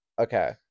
Okay